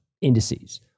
indices